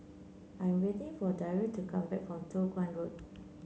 I waiting for Dario to come back from Toh Guan Road